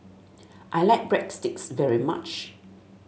I like Breadsticks very much